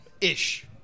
Ish